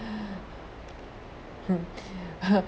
hmm